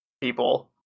people